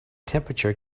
temperature